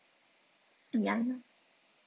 ya lor